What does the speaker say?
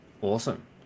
awesome